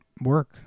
work